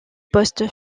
poste